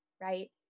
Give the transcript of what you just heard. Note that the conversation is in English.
right